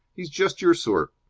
he is just your sort.